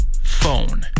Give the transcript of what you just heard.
phone